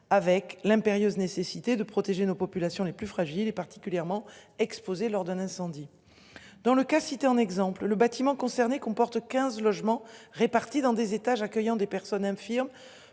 avec l'impérieuse nécessité de protéger nos populations les plus fragiles et particulièrement exposés lors d'un incendie. Dans le cas cité en exemple le bâtiment concerné comporte 15 logements répartis dans des étages accueillant des personnes infirmes